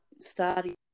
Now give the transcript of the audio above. starting